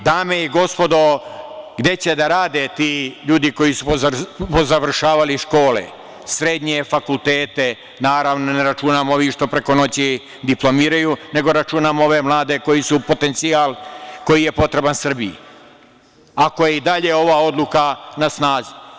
Ali, dame i gospodo, gde će da rade ti ljudi koji su pozavršavali škole, srednje, fakultete, naravno, ne računam ove što preko noći diplomiraju, nego računam ove mlade koji su potencijal koji je potreban Srbiji, ako je i dalje ova odluka na snazi?